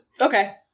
Okay